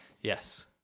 yes